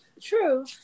True